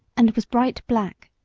and was bright black.